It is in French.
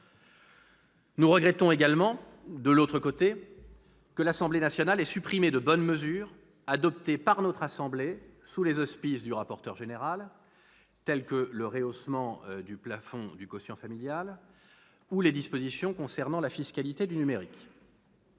Nous regrettons également que l'Assemblée nationale ait supprimé de bonnes mesures, adoptées par notre assemblée sous les auspices du rapporteur général, telles que le rehaussement du plafond du quotient familial ou les dispositions concernant la fiscalité du numérique.